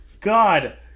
God